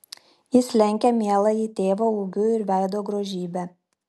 jis lenkia mieląjį tėvą ūgiu ir veido grožybe